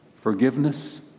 Forgiveness